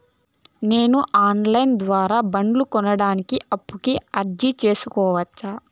నేను online ద్వారా బండ్లు కొనడానికి అప్పుకి అర్జీ సేసుకోవచ్చా?